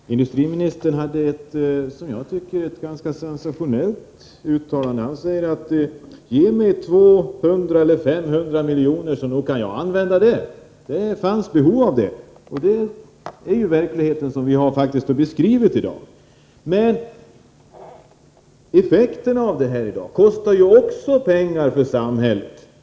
Herr talman! Industriministern gjorde ett enligt min mening ganska sensationellt uttalande. Han sade: Ge mig 200 eller 500 milj.kr., så skall jag nog kunna använda dem! Industriministern anser alltså att det finns ett behov av pengar, och det överensstämmer med den verklighet vi har beskrivit här i dag. Men också arbetslösheten kostar på olika sätt pengar för samhället.